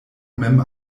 mem